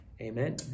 Amen